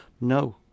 No